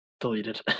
deleted